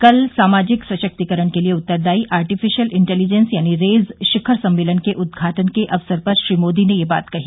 कल सामाजिक सशक्तिकरण के लिए उत्तरदायी आर्टिफिशियल इंटेलिजेंस यानी रेज शिखर सम्मेलन के उद्घाटन के अवसर पर श्री मोदी ने यह बात कही